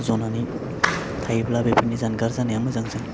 ज'नानै थायोब्ला बेफोरनि जानगार जानाया मोजां जों